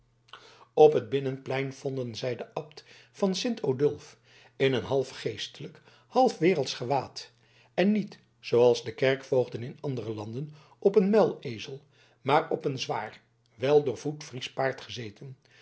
op het binnenplein vonden zij den abt van sint odulf in een half geestelijk half wereldsch gewaad en niet zooals de kerkvoogden in andere landen op een muilezel maar op een zwaar wel doorvoed friesch paard gezeten